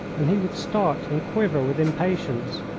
and he would start and quiver with impatience.